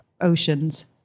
oceans